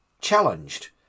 challenged